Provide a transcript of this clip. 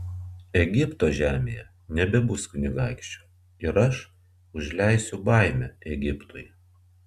egipto žemėje nebebus kunigaikščio ir aš užleisiu baimę egiptui